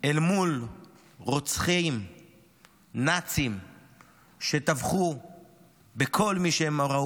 אל מול רוצחים נאצים שטבחו בכל מי שהם ראו.